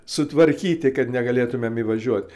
sutvarkyti kad negalėtumėm įvažiuot